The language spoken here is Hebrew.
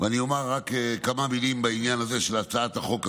ואומר רק כמה מילים בעניין הזה של הצעת החוק הזאת.